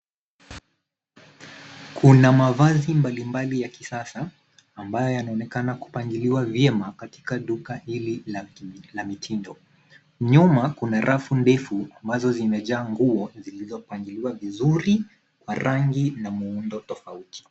Kuna mavazi mbalimbali ya kisasa ambayo yanaonekana kupangiliwa vyema katika duka hili la mitindo. Nyuma kuna rafu ndefu ambazo zimejaa nguo zilizopangiliwa vizuri kwa rangi na muundo tofauti.